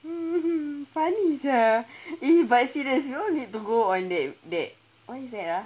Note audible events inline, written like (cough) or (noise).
(laughs) funny sia !ee! but serious you all need to go on that that that what is that ah